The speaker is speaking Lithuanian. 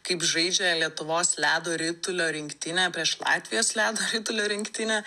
kaip žaidžia lietuvos ledo ritulio rinktinė prieš latvijos ledo ritulio rinktinę